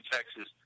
Texas